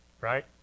right